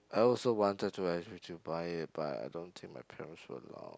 I also wanted to actually to buy it but I don't think my parents will allow